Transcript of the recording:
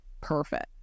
perfect